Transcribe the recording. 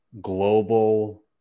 global